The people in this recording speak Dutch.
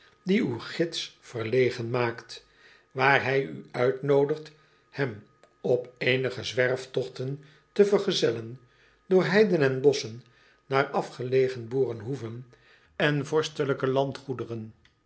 die uw gids verlegen maakt waar hij u uitnoodigt hem op eenige zwerftogten te vergezellen door heiden en bosschen naar afgelegen boerenhoeven en vorstelijke landgoederen